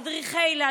מדריכי היל"ה,